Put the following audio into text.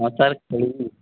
ହଁ ସାର୍ ଖେଳୁନି